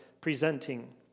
presenting